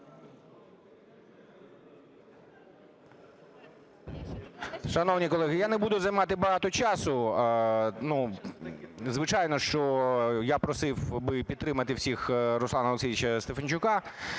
Шановні колеги, я не буду займати багато часу. Звичайно, що я просив би підтримати всіх, Руслана Олексійовича Стефанчука.